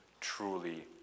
truly